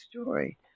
story